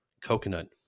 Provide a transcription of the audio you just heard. coconut